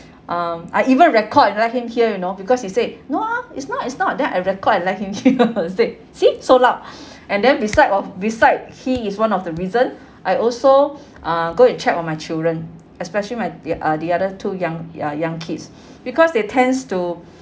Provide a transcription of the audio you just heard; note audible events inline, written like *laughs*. um I even record and let him hear you know because he said no ah it's not it's not then I record and let him hear *laughs* and said see so loud *laughs* and then beside of beside he is one of the reason I also uh go and check on my children especially my the uh the other two young uh young kids because they tends to